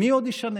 מי עוד ישנה?